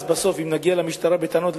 אז בסוף נבוא למשטרה בטענות,